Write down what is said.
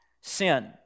sin